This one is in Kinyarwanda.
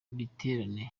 biterane